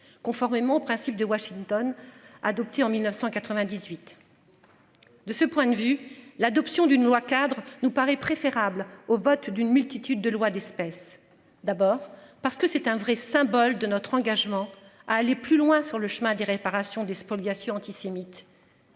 Conformément aux principes de Washington. Adoptée en 1998. De ce point de vue l'adoption d'une loi cadre nous paraît préférable au vote d'une multitude de loi d'espèces. D'abord parce que c'est un vrai symbole de notre engagement à aller plus loin sur le chemin de réparation des spoliations antisémites.